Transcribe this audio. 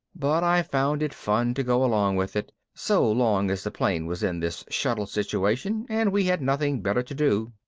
but i found it fun to go along with it so long as the plane was in this shuttle situation and we had nothing better to do.